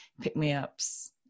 pick-me-ups